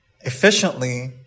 efficiently